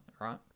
right